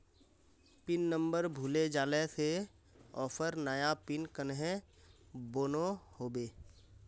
Pin number भूले जाले से ऑफर नया पिन कन्हे बनो होबे?